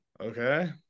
okay